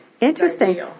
Interesting